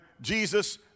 Jesus